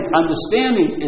understanding